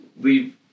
leave